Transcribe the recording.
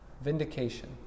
vindication